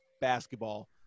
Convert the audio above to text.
basketball